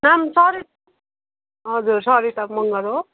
नाम सरिता हजुर सरिता मङ्गर हो